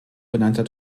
genannter